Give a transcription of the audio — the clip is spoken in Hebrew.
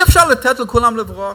אי-אפשר לתת לכולם לברוח.